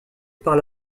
par